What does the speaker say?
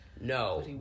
No